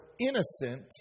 innocent